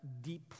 deep